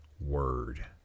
word